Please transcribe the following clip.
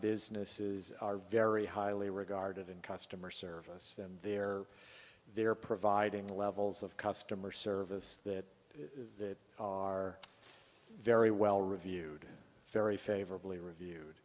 businesses are very highly regarded in customer service and they're they're providing levels of customer service that are very well reviewed very favorably reviewed